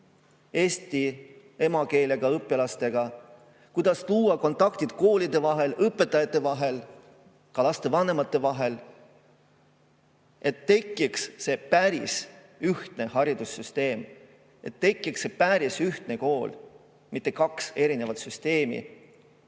eesti emakeelega õpilastega, kuidas tuua kontaktid koolide vahel, õpetajate vahel, ka lastevanemate vahel, et tekiks päris ühtne haridussüsteem, et tekiks päris ühtne kool, mitte kaks erinevat süsteemi.